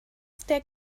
der